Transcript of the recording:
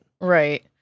right